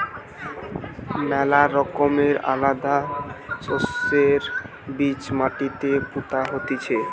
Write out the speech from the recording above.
ম্যালা রকমের আলাদা শস্যের বীজ মাটিতে পুতা হতিছে